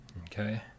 Okay